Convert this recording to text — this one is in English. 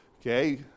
Okay